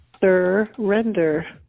Surrender